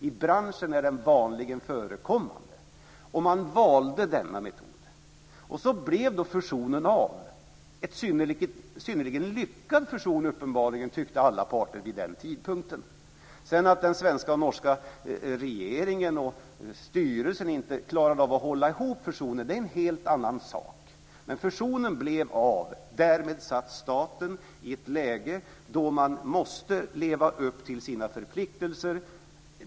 I branschen är den vanligen förekommande, och man valde denna metod. Så blev då fusionen av. Det var uppenbarligen en synnerligen lyckad fusion, tyckte alla parter vid den tidpunkten. Att den svenska och norska regeringen och styrelsen sedan inte klarade av att hålla ihop fusionen är en helt annan sak. Men fusionen blev av. Därmed satt staten i ett läge då man måste leva upp till sina förpliktelser.